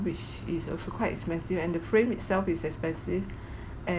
which is also quite expensive and the frame itself is expensive and